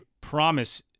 promise